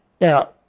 Now